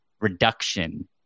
reduction